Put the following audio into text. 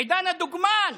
עידן הדוגמן,